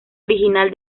original